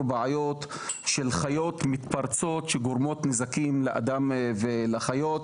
בעיות של חיות מתפרצות שגורמות נזקים לאדם ולחיות,